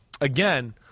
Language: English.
again